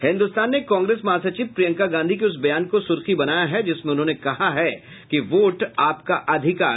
हिन्दुस्तान ने कांग्रेस महासचिव प्रियंका गांधी के उस बयान को सुर्खी बनाया है जिसमें उन्होंने कहा है कि वोट आपका अधिकार